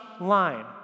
line